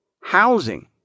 Housing